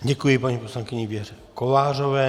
Děkuji poslankyni Věře Kovářové.